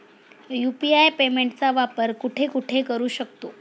UPI पेमेंटचा वापर कुठे कुठे करू शकतो?